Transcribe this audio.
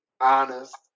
honest